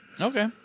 Okay